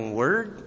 word